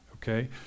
Okay